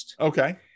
Okay